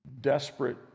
desperate